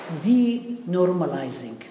denormalizing